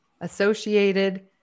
associated